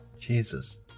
Jesus